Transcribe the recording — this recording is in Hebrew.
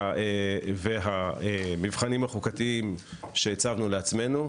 והמבחנים החוקתיים שהצבנו לעצמנו.